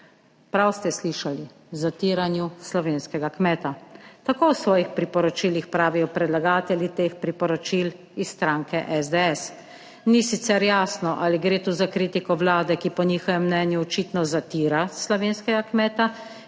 Prav ste slišali, zatiranju slovenskega kmeta. Tako v svojih priporočilih pravijo predlagatelji teh priporočil iz stranke SDS. Ni sicer jasno ali gre tu za kritiko Vlade, ki po njihovem mnenju očitno zatira slovenskega kmeta